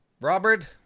Robert